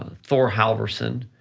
thor halvorssen,